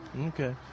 Okay